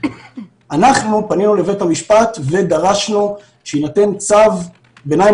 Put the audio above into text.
פנינו לבית המשפט ודרשנו שיינתן צו ביניים